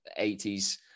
80s